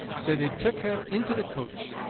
sae they took her into the coach,